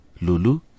Lulu